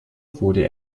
wurde